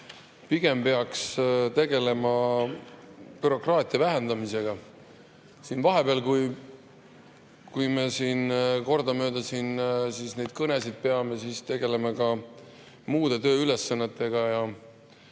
Pigem peaks tegelema bürokraatia vähendamisega. Vahepeal, kui me kordamööda siin neid kõnesid peame, me tegeleme ka muude tööülesannetega ja